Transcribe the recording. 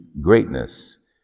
greatness